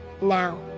now